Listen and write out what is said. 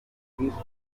tuzajya